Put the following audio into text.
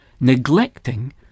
neglecting